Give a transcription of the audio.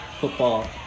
Football